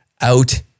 out